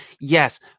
Yes